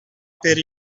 per